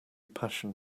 passion